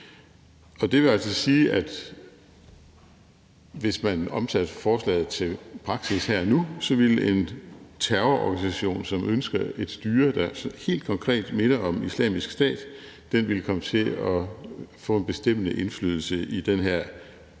Det vil altså sige, at hvis man omsatte forslaget til praksis her og nu, ville en terrororganisation, som ønsker et styre, der helt konkret minder om Islamisk Stat, komme til at få en bestemmende indflydelse i den her